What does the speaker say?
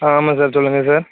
ஆ ஆமாம் சார் சொல்லுங்கள் சார்